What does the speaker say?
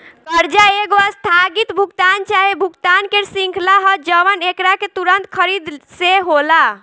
कर्जा एगो आस्थगित भुगतान चाहे भुगतान के श्रृंखला ह जवन एकरा के तुंरत खरीद से होला